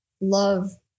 Love